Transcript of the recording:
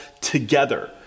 together